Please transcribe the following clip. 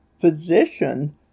physician